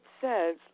says